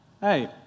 hey